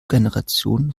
generation